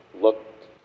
looked